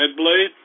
HeadBlade